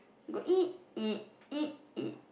got ek ek ek ek